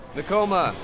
Nakoma